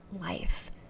life